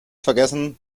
vergessen